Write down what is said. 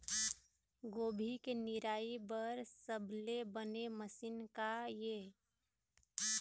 गोभी के निराई बर सबले बने मशीन का ये?